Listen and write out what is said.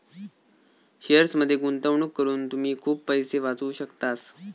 शेअर्समध्ये गुंतवणूक करून तुम्ही खूप पैसे वाचवू शकतास